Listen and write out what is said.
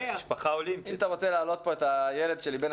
אם אתה רוצה להעלות לזום את הילד שלי בן